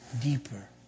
deeper